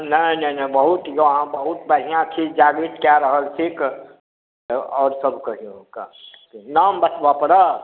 नहि नहि नहि अहाँ बहुत बढ़िऑं छी जागृत कय रहल छी तब आओर सब कहियौ नाम बतबय पड़त